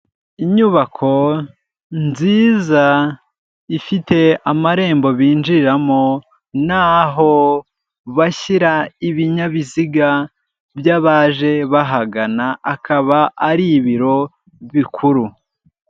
Inyubako nziza ifite amarembo binjiriramo n'aho bashyira ibinyabiziga by'abaje bahagana, akaba ari ibiro bikuru.